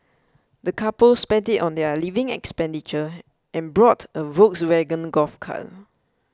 the couple spent it on their living expenditure and bought a Volkswagen Golf car